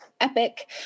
epic